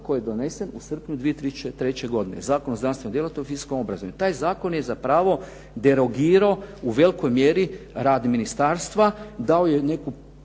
koji je donesen u srpnju 2003. godine, Zakon o znanstvenoj djelatnosti …/Govornik se ne razumije./… Taj zakon je zapravo derogirao u velikoj mjeri rad ministarstva, dao je neku